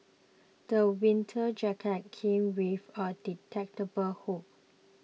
the winter jacket came with a detachable hood